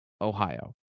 ohio